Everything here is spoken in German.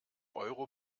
euro